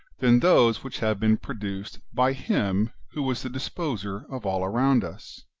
than those which have been produced by him who was the disposer of all around us?